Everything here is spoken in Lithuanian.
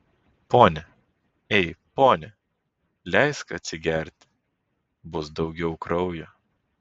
pone ei pone leisk atsigerti bus daugiau kraujo